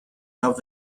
love